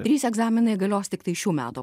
trys egzaminai galios tiktai šių metų